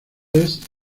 est